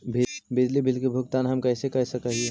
बिजली बिल के भुगतान हम कैसे कर सक हिय?